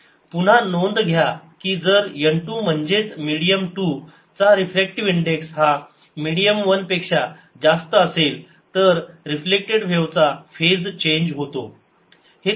पुन्हा नोंद घ्या की जर n 2 म्हणजेच मिडीयम 2 चा रिफ्रॅक्टिवे इंडेक्स हा मिडीयम 1 पेक्षा जास्त असेल तर रिफ्लेक्टेड व्हेव चा फेज चेंज होतो